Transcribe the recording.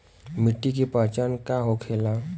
मिट्टी के पहचान का होखे ला?